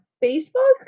baseball